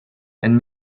and